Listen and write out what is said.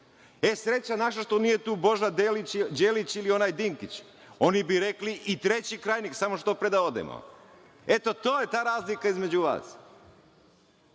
EU. Sreća naša što nije tu Boža Đelić, ili onaj Dinkić. Oni bi rekli - i treći krajnik, samo što pre da odemo. Eto to je ta razlika između